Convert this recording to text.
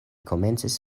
komencis